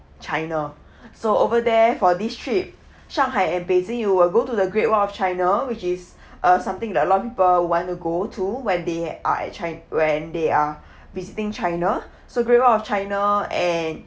china so over there for this trip shanghai and beijing you will go to the great wall of china which is uh something that a lot of people want to go to when they are at china when they are visiting china so great wall of china and